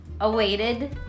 awaited